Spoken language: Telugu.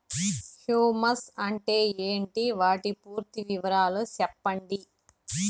హ్యూమస్ అంటే ఏంటి? వాటి పూర్తి వివరాలు సెప్పండి?